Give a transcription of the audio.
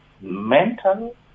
mental